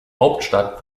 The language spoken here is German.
hauptstadt